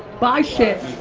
buy shit,